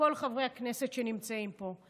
מכל חברי הכנסת שנמצאים פה: